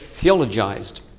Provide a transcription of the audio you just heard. theologized